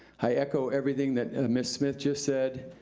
i echo everything that miss smith just said.